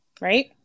right